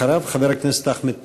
אחריו, חבר הכנסת אחמד טיבי.